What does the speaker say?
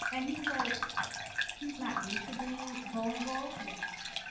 and he's like he's not used to being vulnerable. yes.